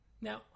Now